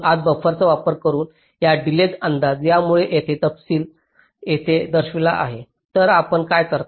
आता बफरचा वापर करून या डिलेज अंदाज त्यामुळे येथे तपशील येथे दर्शविला आहे तर आपण काय करता